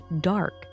dark